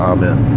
Amen